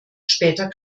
später